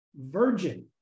virgin